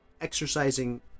exercising